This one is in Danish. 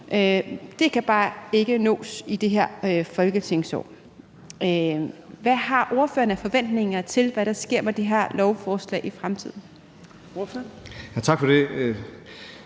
det kan bare ikke nås i det her folketingsår. Hvad forventer ordføreren der sker med det her lovforslag i fremtiden?